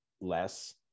less